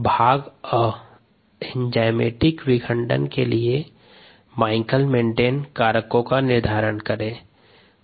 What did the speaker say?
भाग अ एंजाइमेटिक विखंडन के लिए माइकलिस मेंटेन कारकों का निर्धारण करें